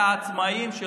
קרן.